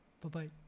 Bye-bye